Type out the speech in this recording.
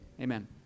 Amen